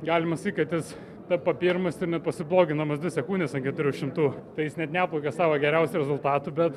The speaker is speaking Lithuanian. galima sakyt kad jis tampa pirmas ir net pasibloginamos dvi sekundės ant keturių šimtų tai jis net neplaukia savo geriausiu rezultatu bet